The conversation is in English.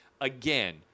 Again